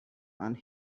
and